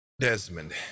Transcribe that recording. Desmond